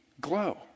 glow